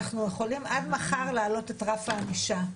אנחנו יכולים עד מחר להעלות את רף הענישה.